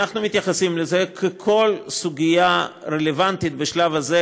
אנחנו מתייחסים לזה כמו לכל סוגיה רלוונטית בשלב הזה,